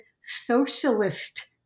socialist